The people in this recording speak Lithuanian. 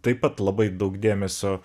taip pat labai daug dėmesio